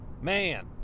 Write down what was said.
man